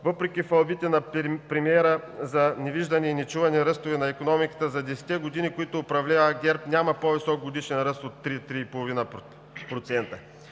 въпреки хвалбите на премиера за невиждани и нечувани ръстове на икономиката за десетте години, които управлява ГЕРБ няма по-висок годишен ръст от 3 – 3,5%?!